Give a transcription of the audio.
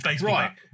right